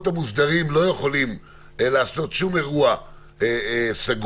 המוסדרים לא יכולים לעשות שום אירוע סגור,